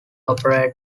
operator